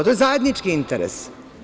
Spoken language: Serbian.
To je zajednički interes.